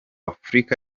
afurika